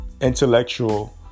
intellectual